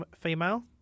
female